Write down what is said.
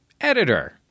editor